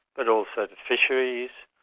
but also to fisheries,